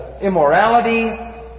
immorality